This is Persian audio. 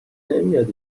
نمیاد